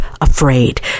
afraid